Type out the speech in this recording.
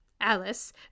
Alice